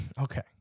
Okay